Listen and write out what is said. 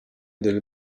delle